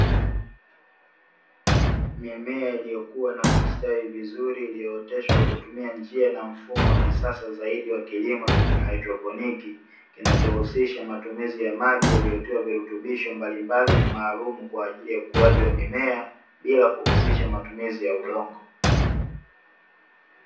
Mimea iliyokuwa na kustawi vizuri iliyooteshwa kwa kutumia njia na mfumo wa kisasa zaidi wa kilimo cha kihaidroponi, kinachohusisha matumizi ya maji yaliyotiwa virutubisho mbalimbali na maalumu kwa ajili ya ukuaji wa mimea bila kuhusisha matumizi ya udongo.